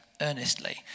earnestly